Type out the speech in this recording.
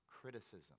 criticism